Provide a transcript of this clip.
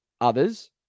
others